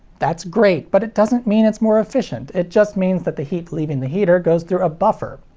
that's great, but it doesn't mean it's more efficient. it just means that the heat leaving the heater goes through a buffer.